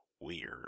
Weird